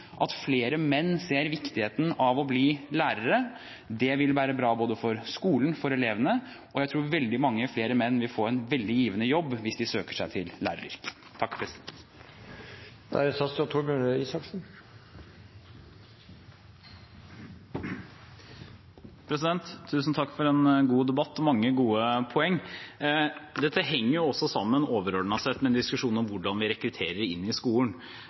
at flere menn ser viktigheten av å bli lærere. Det vil være bra både for skolen og for elevene, og jeg tror veldig mange flere menn vil få en veldig givende jobb hvis de søker seg til læreryrket. Tusen takk for en god debatt og mange gode poeng. Dette henger også sammen, overordnet sett, med en diskusjon om hvordan vi rekrutterer inn i skolen.